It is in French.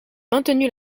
maintenu